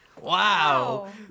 Wow